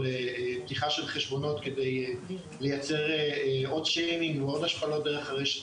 או לפתיחה של חשבונות כדי לייצר עוד שיימינג או עוד השפלות דרך הרשת,